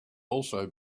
also